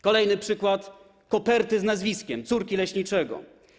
Kolejny przykład: koperta z nazwiskiem córki leśniczego.